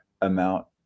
amount